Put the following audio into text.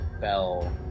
bell